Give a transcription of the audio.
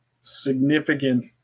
significant